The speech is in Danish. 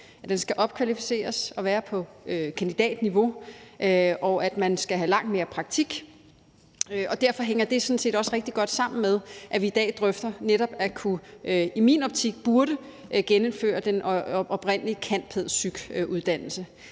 at den skal opkvalificeres og være på kandidatniveau, og at man skal have langt mere praktik. Derfor hænger det sådan set også rigtig godt sammen med, at vi i dag netop drøfter at kunne – og i min optik burde – genindføre den oprindelige cand.pæd.psych.-uddannelse.